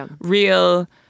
real